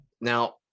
now